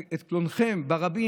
מטיחים את קלונכם ברבים.